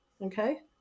Okay